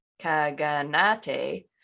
kaganate